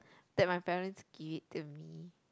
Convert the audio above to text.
that my parents give it to me